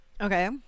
Okay